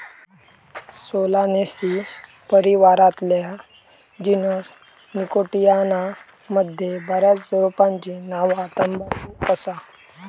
Solanaceae परिवारातल्या genus Nicotiana मध्ये बऱ्याच रोपांची नावा तंबाखू असा